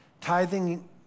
Tithing